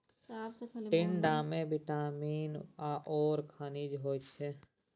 टिंडामे विटामिन आओर खनिज होइत छै